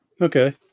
okay